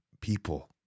people